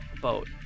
boat